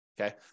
Okay